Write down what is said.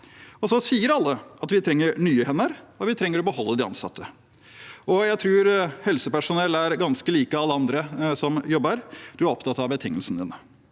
Alle sier at vi trenger nye hender, og vi trenger å beholde de ansatte. Jeg tror helsepersonell er ganske like alle andre som jobber – en er opptatt av betingelsene sine.